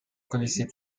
connaissait